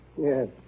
Yes